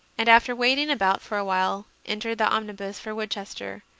and, after waiting about for a while, entered the omnibus for woodchester,